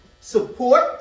support